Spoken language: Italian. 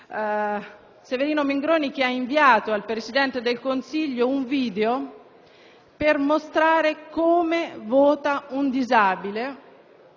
Severino Mingroni ha inviato al Presidente del Consiglio dei ministri un video per mostrare come vota un disabile,